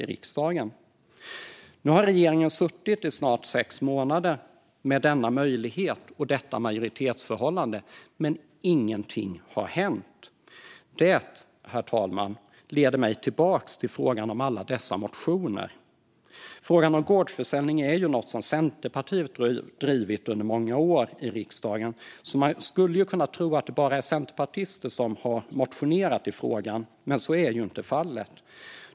Regeringen har nu suttit i snart sex månader med denna möjlighet och detta majoritetsförhållande, men inget har hänt. Det, herr talman, leder mig tillbaka till alla dessa motioner. Frågan om gårdsförsäljning är något som Centerpartiet drivit under många år i riksdagen, så man skulle ju kunna tro att det bara är centerpartister som har motionerat i frågan. Men så är inte fallet.